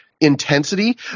intensity